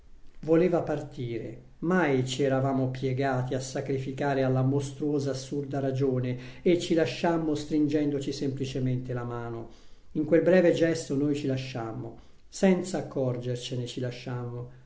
voleva partire mai ci eravamo piegati a sacrificare alla mostruosa assurda ragione e ci lasciammo stringendoci semplicemente la mano in quel breve gesto noi ci lasciammo senza accorgercene ci lasciammo